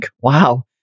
wow